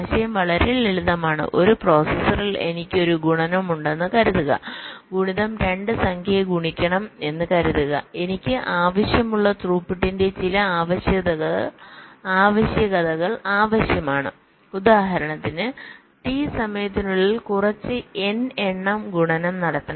ആശയം വളരെ ലളിതമാണ് ഒരു പ്രോസസറിൽ എനിക്ക് ഒരു ഗുണനം ഉണ്ടെന്ന് കരുതുക ഗുണിതം 2 സംഖ്യയെ ഗുണിക്കണം എന്ന് കരുതുക എനിക്ക് ആവശ്യമുള്ള ത്രൂപുട്ടിന്റെ ചില ആവശ്യകതകൾ ആവശ്യമാണ് ഉദാഹരണത്തിന് ടി സമയത്തിനുള്ളിൽ കുറച്ച് n എണ്ണം ഗുണനം നടത്തണം